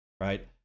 right